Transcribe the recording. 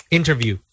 interview